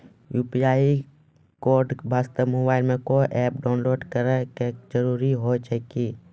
UPI code वास्ते mobile मे कोय एप्प डाउनलोड करे के जरूरी होय छै की?